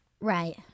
Right